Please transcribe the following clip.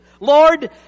Lord